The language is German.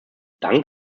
dank